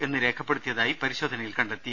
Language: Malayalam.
എന്ന് രേഖപ്പെടുത്തിയതായി പരിശോധനയിൽ കണ്ടെത്തി